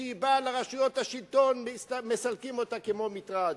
וכשהיא באה לרשויות השלטון מסלקים אותה כמו מטרד.